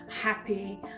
happy